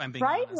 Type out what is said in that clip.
Right